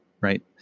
right